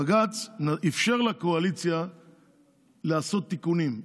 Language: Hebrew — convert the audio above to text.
בג"ץ אפשר לקואליציה לעשות תיקונים.